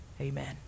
amen